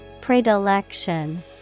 Predilection